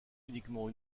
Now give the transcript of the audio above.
uniquement